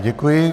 Děkuji.